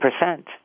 percent